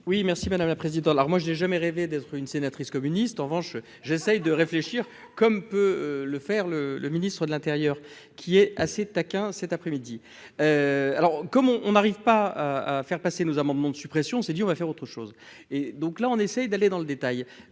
Oui merci madame la présidente, là, moi je n'ai jamais rêvé d'être une sénatrice communiste, en revanche, j'essaie de réfléchir comme peut le faire le le ministre de l'Intérieur qui est assez taquin, cet après-midi, alors comme on arrive pas à faire passer nos amendements de suppression, on s'est dit on va faire autre chose et donc là, on essaye d'aller dans le détail,